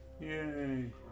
yay